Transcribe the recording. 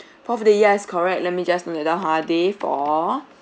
yes correct let me just note that down ha day four